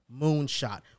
Moonshot